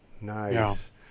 Nice